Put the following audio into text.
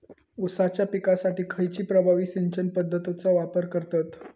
ऊसाच्या पिकासाठी खैयची प्रभावी सिंचन पद्धताचो वापर करतत?